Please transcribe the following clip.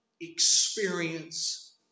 experience